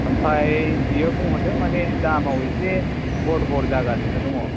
ओमफ्राय बियो बुंहरदों माने दामाव इसे गरबर जागासिनो दङ